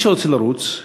מי שרוצה לרוץ,